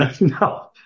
No